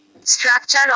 Structure